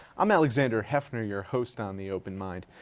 i'm alexander heffner, your host on the open mind.